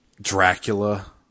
Dracula